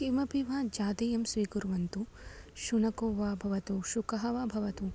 किमपि वा जातीयं स्वीकुर्वन्तु शुनको वा भवतु शुकः वा भवतु